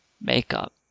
Makeup